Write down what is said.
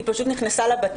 היא פשוט נכנסה לבתים.